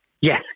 Yes